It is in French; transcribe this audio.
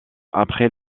après